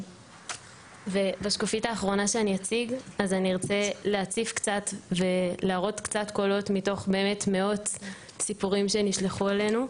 אני רוצה להציף ולהראות קצת קולות מתוך מאות סיפורים שנשלחו אלינו.